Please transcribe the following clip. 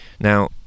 Now